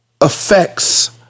affects